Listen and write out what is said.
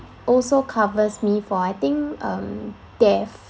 also covers me for I think um death